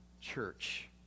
church